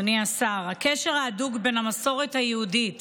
אדוני השר, הקשר ההדוק בין המסורת היהודית